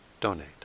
donate